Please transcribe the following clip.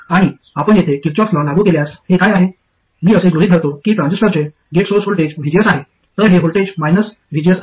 आणि आपण येथे किर्चॉफ लॉ लागू केल्यास हे काय आहे मी असे गृहित धरतो की ट्रान्झिस्टरचे गेट सोर्स व्होल्टेज vgs आहे तर हे व्होल्टेज vgs आहे